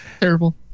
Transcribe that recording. Terrible